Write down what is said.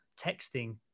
texting